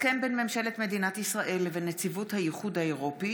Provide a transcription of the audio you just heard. הסכם בין ממשלת מדינת ישראל לבין נציבות האיחוד האירופי